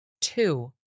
two